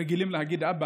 רגילים להגיד "אבא",